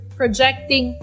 projecting